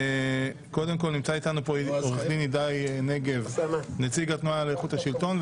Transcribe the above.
נמצא איתנו נציג התנועה לאיכות השלטון,